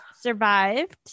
survived